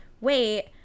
wait